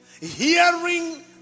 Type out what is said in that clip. Hearing